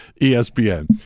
ESPN